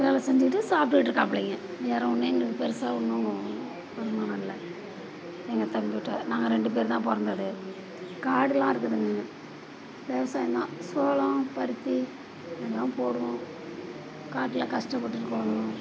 வேலை செஞ்சுட்டு சாப்பிட்டுட்டுருக்காப்புலைங்க வேறு ஒன்றும் எங்களுக்கு பெரிசா ஒன்றும் வருமானம் இல்லை எங்கள் தம்பிகிட்ட நாங்கள் ரெண்டு பேரும்தான் பிறந்தது காடெலாம் இருக்குதுங்க விவசாயம் தான் சோளம் பருத்தி எல்லாம் போடுவோம் காட்டில் கஷ்டப்பட்டுட்டு போகணும்